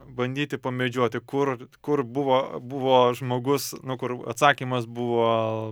bandyti pamedžioti kur kur buvo buvo žmogus nu kur atsakymas buvo